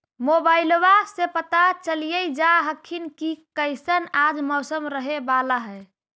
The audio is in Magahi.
मोबाईलबा से पता चलिये जा हखिन की कैसन आज मौसम रहे बाला है?